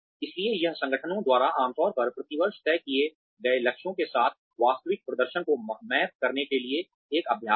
इसलिए यह संगठनों द्वारा आमतौर पर प्रतिवर्ष तय किए गए लक्ष्यों के साथ वास्तविक प्रदर्शन को मैप करने के लिए एक अभ्यास है